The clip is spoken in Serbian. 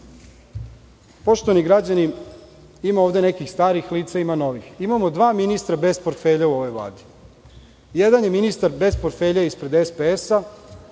građani, ima ovde nekih starih lica, ima novih. Imamo dva ministra bez portfelja u ovoj Vladi. Jedan je ministar bez portfelja ispred SPS,